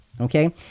okay